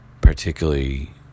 particularly